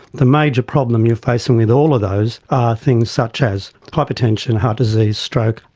the major problem you're facing with all of those are things such as hypertension, heart disease, stroke,